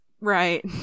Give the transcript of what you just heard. Right